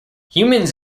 humans